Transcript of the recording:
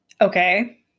Okay